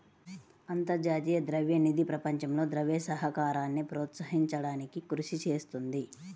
అంతర్జాతీయ ద్రవ్య నిధి ప్రపంచంలో ద్రవ్య సహకారాన్ని ప్రోత్సహించడానికి కృషి చేస్తుంది